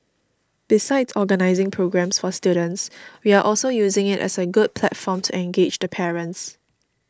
besides organising programmes for students we are also using it as a good platform to engage the parents